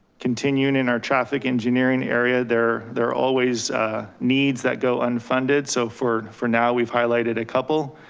continuing in our traffic engineering area, there there are always needs that go unfunded. so for for now we've highlighted a couple.